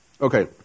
Okay